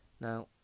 Now